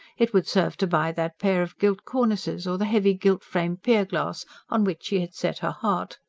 it would serve to buy that pair of gilt cornices or the heavy gilt-framed pierglass on which she had set her heart.